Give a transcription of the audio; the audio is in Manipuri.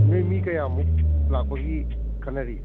ꯑ ꯅꯣꯏ ꯃꯤ ꯀꯌꯥꯃꯨꯛ ꯂꯥꯛꯄꯒꯤ ꯈꯟꯅꯔꯤ